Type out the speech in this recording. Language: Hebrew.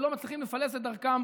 ולא מצליחים לפלס את דרכם